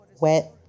wet